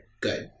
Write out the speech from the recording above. Good